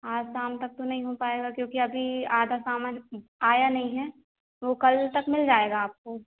आज शाम तक तो नहीं हो पाएगा क्योंकि अभी आधा सामान आया नहीं है वो कल तक मिल जाएगा आपको